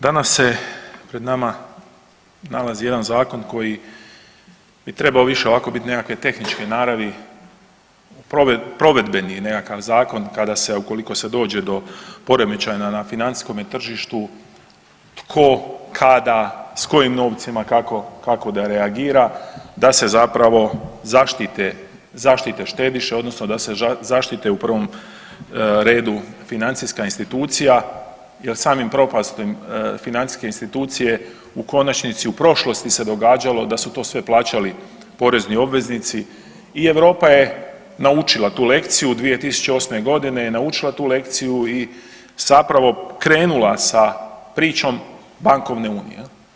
Danas se pred nama nalazi jedan zakon koji bi trebao više ovako bit nekakve tehničke naravi, provedbeni nekakav zakon kada se ukoliko se dođe do poremećaja na financijskome tržištu, tko, kada, s kojim novcima, kako, kako da reagira, da se zapravo zaštite, zaštite štediše odnosno da se zaštite u prvom redu financijska institucija jel samim propastom financijske institucije u konačnici u prošlosti se događalo da su to sve plaćali porezni obveznici i Europa je naučila tu lekciju 2008.g. je naučila tu lekciju i zapravo krenula sa pričom bankovne unije.